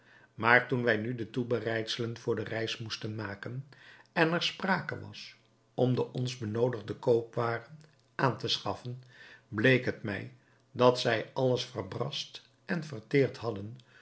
maar toen wij nu de toebereidselen voor de reis moesten maken en er sprake was om de ons benoodigde koopwaren aan te schaffen bleek het mij dat zij alles verbrasd en verteerd hadden